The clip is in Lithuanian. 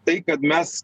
tai kad mes